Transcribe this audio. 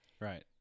Right